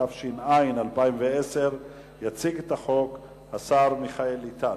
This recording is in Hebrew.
התש"ע 2010. יציג את החוק השר מיכאל איתן.